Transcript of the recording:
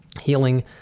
Healing